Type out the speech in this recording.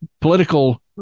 political